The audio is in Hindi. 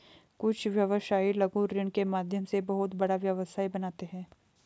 कुछ व्यवसायी लघु ऋण के माध्यम से बहुत बड़ा व्यवसाय बनाते हैं